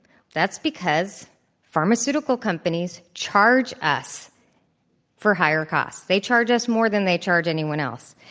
that's because pharmaceutical companies charge us for higher costs. they charge us more than they charge anyone else.